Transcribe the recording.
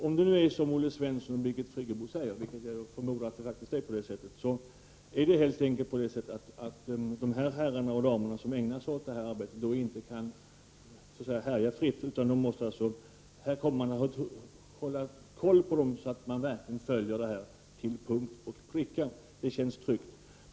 Om det är så som Olle Svensson och Birgit Friggebo säger, vilket jag förmodar att det är, så kan inte de herrar och damer som ägnar sig åt detta arbete härja fritt så att säga, utan man kommer att ha ögonen på dem och till punkt och pricka följa vad som händer. Det känns tryggt.